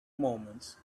moments